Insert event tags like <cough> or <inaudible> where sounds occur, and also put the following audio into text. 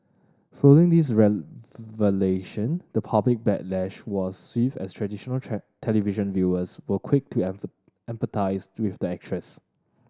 following these revelation the public backlash was swift as traditional <unintelligible> television viewers were quick to <unintelligible> empathise with the actress